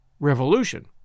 revolution